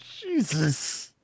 Jesus